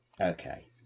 Okay